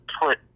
put